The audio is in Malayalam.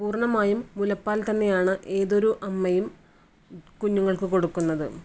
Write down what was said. പൂർണമായും മുലപ്പാൽ തന്നെയാണ് ഏതൊരു അമ്മയും കുഞ്ഞുങ്ങൾക്ക് കൊടുക്കുന്നത്